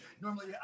normally